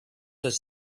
does